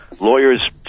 Lawyers